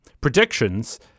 predictions